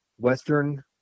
Western